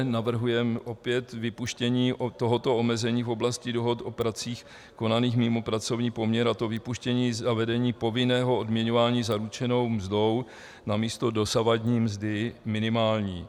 Navrhujeme opět vypuštění tohoto omezení v oblasti dohod o pracích konaných mimo pracovní poměr, a to vypuštění zavedení povinného odměňování zaručenou mzdou namísto dosavadní mzdy minimální.